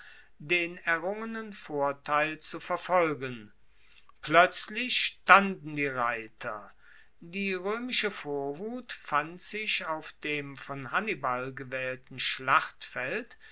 den errungenen vorteil zu verfolgen ploetzlich standen die reiter die roemische vorhut fand sich auf dem von hannibal gewaehlten schlachtfeld